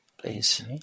please